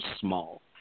small